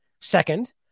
Second